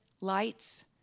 lights